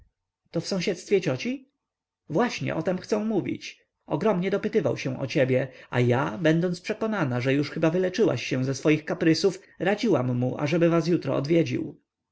to w sąsiedztwie cioci właśnie o tem chcę mówić ogromnie dopytywał się o ciebie a ja będąc przekonana że już chyba wyleczyłaś się ze swych kaprysów radziłam mu ażeby was jutro odwiedził